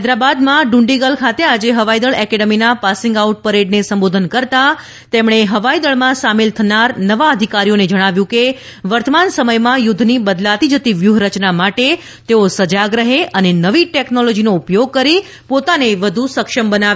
હૈદરાબાદમાં ડુંડીગલ ખાતે આજે હવાઈ દળ એકેડેમીના પાસિંગ આઉટ પરેડને સંબોધન કરતાં તેમણે હવાઈ દળમાં સામેલ થનાર નવા અધિકારીઓને જણાવ્યું કે વર્તમાન સમયમાં યુદ્ધની બદલાતી જતી વ્યૂહરચના માટે તેઓ સજાગ રહે અને નવી ટેકનોલોજીનો ઉપયોગ કરી પોતાને વધુ સક્ષમ બનાવે